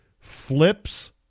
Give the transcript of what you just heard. flips